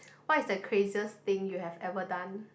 what's the craziest thing you have ever done